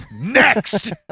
Next